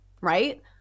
right